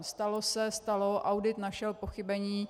Stalo se, stalo, audit našel pochybení.